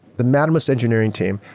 the mattermost engineering team.